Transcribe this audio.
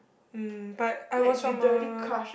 mm but I was from a